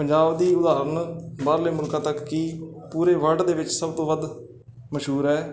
ਪੰਜਾਬ ਦੀ ਉਦਾਹਰਨ ਬਾਹਰਲੇ ਮੁਲਕਾਂ ਤੱਕ ਕਿ ਪੂਰੇ ਵਰਲਡ ਦੇ ਵਿੱਚ ਸਭ ਤੋਂ ਵੱਧ ਮਸ਼ਹੂਰ ਹੈ